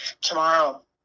tomorrow